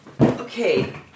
Okay